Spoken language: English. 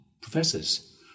professors